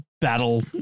battle